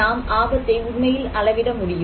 நாம் ஆபத்தை உண்மையில் அளவிட முடியுமா